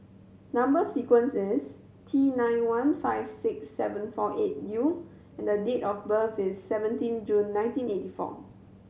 number sequence is T nine one five six seven four eight U and date of birth is seventeen June nineteen eighty four